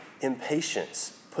impatience